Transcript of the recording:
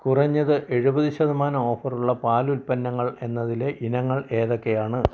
കുറഞ്ഞത് എഴുവത് ശതമാനം ഓഫറുള്ള പാലുൽപ്പന്നങ്ങൾ എന്നതിലെ ഇനങ്ങൾ ഏതൊക്കെയാണ്